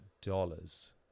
dollars